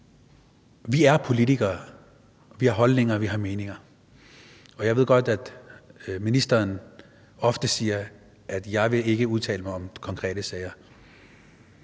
Vi er politikere, og vi har holdninger, og vi har meninger, og jeg ved godt, at ministeren ofte siger, at han ikke vil udtale sig om konkrete sager.